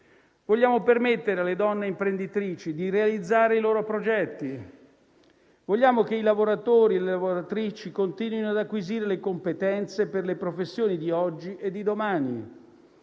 Vogliamo permettere alle donne imprenditrici di realizzare i loro progetti; vogliamo che i lavoratori e le lavoratrici continuino ad acquisire le competenze per le professioni di oggi e di domani.